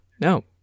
No